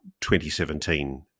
2017